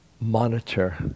monitor